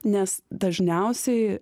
nes dažniausiai